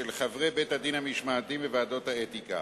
חברי בתי-הדין המשמעתיים וועדות האתיקה.